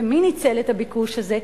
ומי ניצל את הביקוש הזה?